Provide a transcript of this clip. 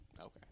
Okay